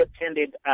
attended